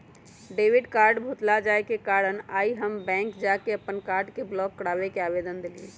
debit card भुतला जाय के कारण आइ हम बैंक जा कऽ अप्पन कार्ड के ब्लॉक कराबे के आवेदन देलियइ